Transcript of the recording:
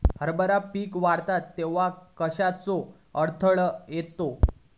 हरभरा पीक वाढता तेव्हा कश्याचो अडथलो येता?